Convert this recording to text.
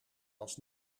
was